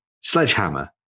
Sledgehammer